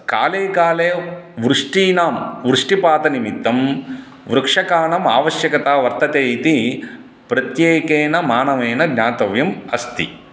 काले काले वृष्टीनां वृष्टिपातनिमित्तं वृक्षकाणाम् आवश्यकता वर्तते इति प्रत्येकेन मानवेन ज्ञातव्यम् अस्ति